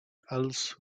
als